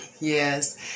Yes